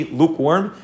lukewarm